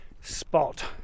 spot